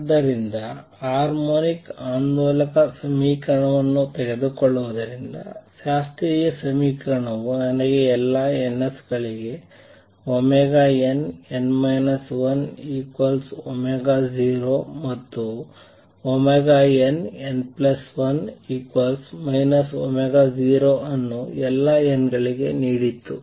ಆದ್ದರಿಂದ ಹಾರ್ಮೋನಿಕ್ ಆಂದೋಲಕ ಸಮೀಕರಣವನ್ನು ತೆಗೆದುಕೊಳ್ಳುವುದರಿಂದ ಶಾಸ್ತ್ರೀಯ ಸಮೀಕರಣವು ನನಗೆ ಎಲ್ಲಾ ns ಗಳಿಗೆ nn 10 ಮತ್ತು nn1 0 ಅನ್ನು ಎಲ್ಲಾ n ಗಳಿಗೆ ನೀಡಿತು